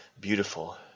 beautiful